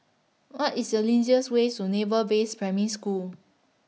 What IS The easiest Way to Naval Base Primary School